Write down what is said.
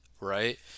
right